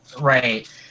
Right